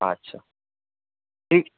আচ্ছা ঠিক